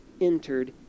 entered